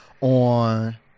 on